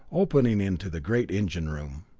opening into the great engine room.